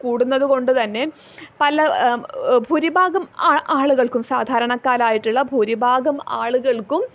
കൂടുന്നത് കൊണ്ട് തന്നെ പല ഭൂരിഭാഗം ആളുകൾക്കും സാധാരണക്കാരായിട്ടുള്ള ഭൂരിഭാഗം ആളുകൾക്കും